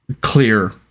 clear